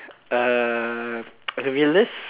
err a realist